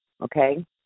Okay